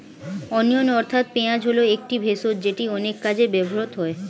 onion অর্থাৎ পেঁয়াজ হল একটি ভেষজ যেটি অনেক কাজে ব্যবহৃত হয়